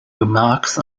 remarks